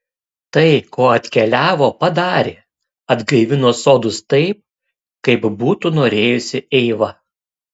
tai ko atkeliavo padarė atgaivino sodus taip kaip būtų norėjusi eiva